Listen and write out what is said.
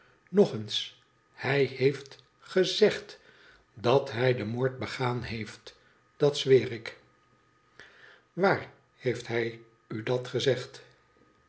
nog eens hij heeft gezegd dat hij den moord begaan heeft dat zweer ik waar heeft hij u dat gezegd